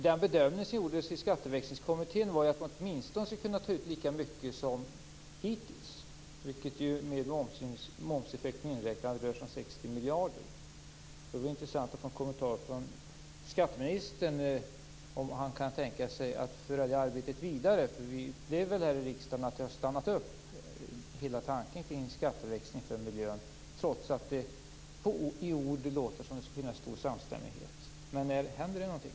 Den bedömning som gjordes i Skatteväxlingskommittén var att man åtminstone skulle kunna ta ut lika mycket som hittills, vilket med momseffekten inräknad rör sig om 60 miljarder. Det vore intressant med en kommentar från skatteministern vad gäller om han kan tänka sig att föra det arbetet vidare. Här i riksdagen har hela tanken kring skatteväxling för miljön stannat upp, trots att det i ord låter som att det skulle finnas en stor samstämmighet. Händer det någonting?